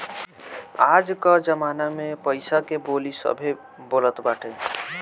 आज कअ जमाना में पईसा के बोली सभे बोलत बाटे